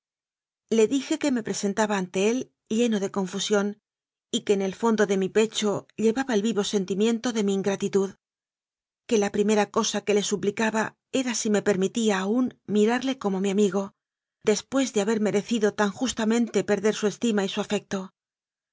le dije que me presen taba ante él lleno de confusión y que en el fondo de mi pecho llevaba el vivo sentimiento de mi in gratitud que la primera cosa que le suplicaba me dijese era si me permitía aún mirarle como mi amigo después de haber merecido tan justamente perder su estima y su afecto